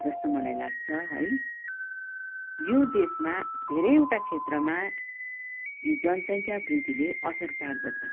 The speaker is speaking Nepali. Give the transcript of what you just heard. जस्तो मलाई लाग्छ है यो देशमा धेरै ओटा क्षेत्रमा यो जनसंख्या बृदिले असर पार्दछ